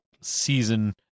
season